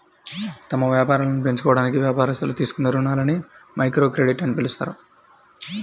తమ వ్యాపారాలను పెంచుకోవడానికి వ్యాపారస్తులు తీసుకునే రుణాలని మైక్రోక్రెడిట్ అని పిలుస్తారు